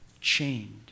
chained